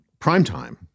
primetime